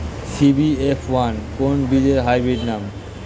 CBF one কোন বীজের hybrid নাম?